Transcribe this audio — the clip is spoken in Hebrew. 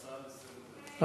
כמו בתמונה של עמית סגל,